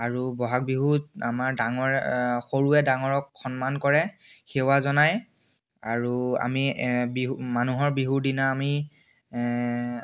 আৰু বহাগ বিহুত আমাৰ ডাঙৰে সৰুৱে ডাঙৰক সন্মান কৰে সেৱা জনায় আৰু আমি বিহু মানুহৰ বিহুৰ দিনা আমি